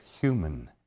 human